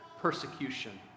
persecution